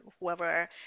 whoever